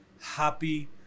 Happy